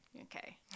Okay